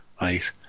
right